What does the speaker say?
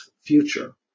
future